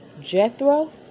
Jethro